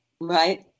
right